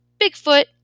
Bigfoot